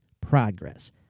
progress